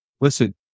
listen